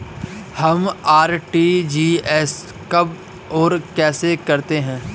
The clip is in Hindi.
हम आर.टी.जी.एस कब और कैसे करते हैं?